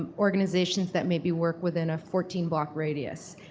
ah organizations that maybe work within a fourteen block radius.